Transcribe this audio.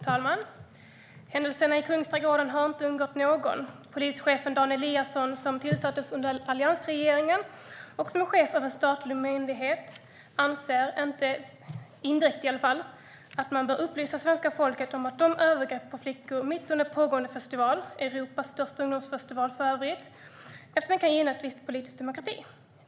Herr talman! Händelserna i Kungsträdgården har inte undgått någon. Polischefen Dan Eliasson, som tillsattes under alliansregeringen och som är chef för en statlig myndighet, anser att man inte bör upplysa svenska folket om övergreppen på flickor mitt under pågående festival - Europas största ungdomsfestival, för övrigt - eftersom det kan gynna ett visst politiskt parti.